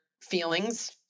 feelings